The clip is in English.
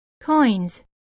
coins